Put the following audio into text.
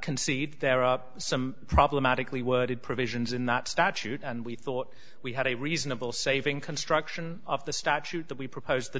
concede there are some problematically worded provisions in that statute and we thought we had a reasonable saving construction of the statute that we proposed the